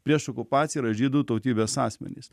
prieš okupaciją yra žydų tautybės asmenys